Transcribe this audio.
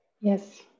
Yes